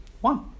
One